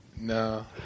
No